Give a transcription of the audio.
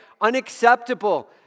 unacceptable